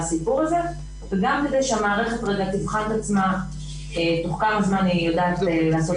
גם כדי שהמערכת תבחן את עצמה תוך כמה זמן היא יודעת לעשות